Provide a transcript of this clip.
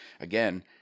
again